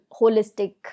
holistic